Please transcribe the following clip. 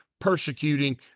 persecuting